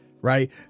right